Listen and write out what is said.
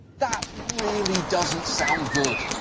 that really doesn't sound good.